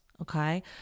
Okay